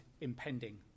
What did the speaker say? impending